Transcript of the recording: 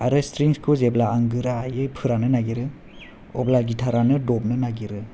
आरो स्थ्रिंखौ जेब्ला आंं गोरायै फोराना नायना नागिरो अब्ला गिथाराना दबनो नागिरो